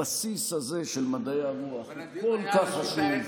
הבסיס הזה של מדעי הרוח הוא כל כך חשוב,